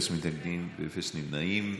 מתנגדים ואין נמנעים.